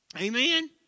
Amen